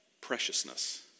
preciousness